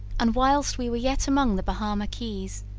and whilst we were yet amongst the bahama keys,